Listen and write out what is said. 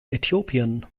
äthiopien